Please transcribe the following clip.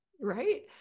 Right